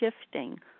shifting